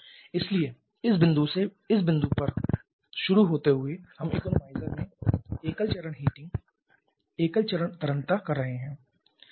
इसलिए इस बिंदु से इस बिंदु पर शुरू होते हुए हम इकॉनोमीज़र में एकल चरण हीटिंग एकल चरण तरलता कर रहे हैं